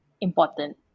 important